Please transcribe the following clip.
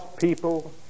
people